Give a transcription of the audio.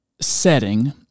Setting